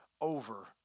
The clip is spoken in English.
over